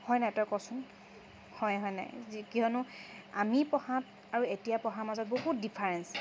হয় নাই তই কচোন হয় হয় নাই কিয়নো আমি পঢ়াত আৰু এতিয়া পঢ়াৰ মাজত বহুত ডিফাৰেঞ্চ